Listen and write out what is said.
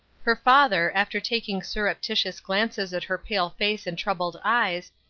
her father, after taking surreptitious glances at her pale face and troubled eyes,